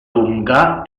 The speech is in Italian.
lunga